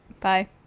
bye